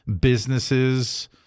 businesses